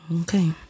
Okay